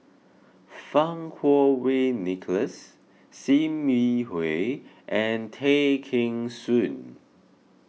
Fang Kuo Wei Nicholas Sim Yi Hui and Tay Kheng Soon